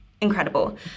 incredible